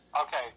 Okay